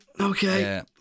Okay